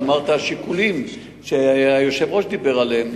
אמרת, השיקולים שהיושב-ראש דיבר עליהם,